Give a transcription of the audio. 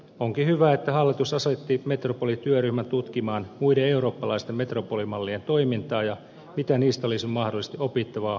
onkin hyvä että hallitus asetti metropolityöryhmän tutkimaan muiden eurooppalaisten metropolimallien toimintaa ja sitä mitä niistä olisi mahdollisesti opittavaa maamme pääkaupunkiseudulla